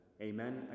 Amen